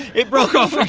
it broke off